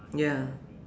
ya